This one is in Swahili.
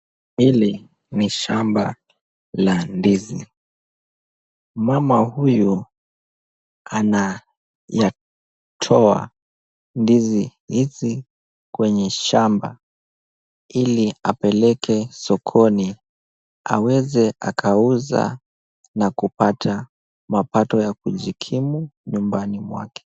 Hili ni shamba la ndizi, mama huyu anayatoa ndizi hizi kwenye shamba, ili apeleke sokoni aweze akauza na kupata mapato ya kujikimu nyumbani mwake.